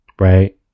Right